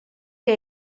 que